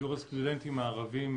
שיעור הסטודנטים הערבים